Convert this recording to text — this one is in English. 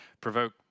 provoke